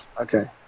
Okay